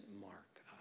mark